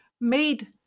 made